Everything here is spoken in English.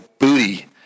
booty